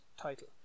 title